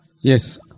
Yes